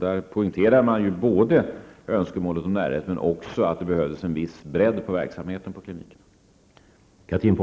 Där poängterade man både önskemålet om närhet och behovet av en viss bredd på verksamheten på klinikerna.